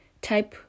type